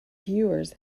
views